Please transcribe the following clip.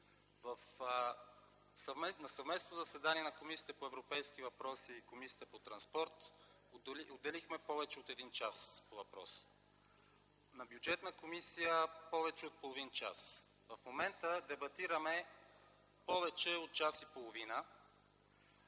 На съвместно заседание на Комисията по европейски въпроси и Комисията по транспорт отделихме повече от един час на въпроса, на Бюджетна комисия – повече от половин час. В момента дебатираме повече от час и половина